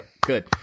good